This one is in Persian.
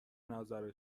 نظر